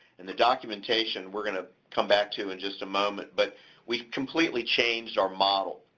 and the documentation, we're gonna come back to in just a moment, but we completely changed our model.